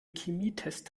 chemietest